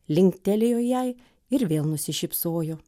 linktelėjo jai ir vėl nusišypsojo